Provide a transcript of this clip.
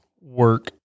work